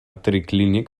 triclínic